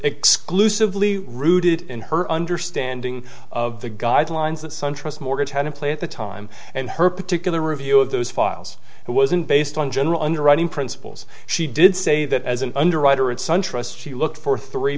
exclusively rooted in her understanding of the guidelines that sun trust mortgage had in play at the time and her particular review of those files it wasn't based on general underwriting principles she did say that as an underwriter at sun trust she looked for three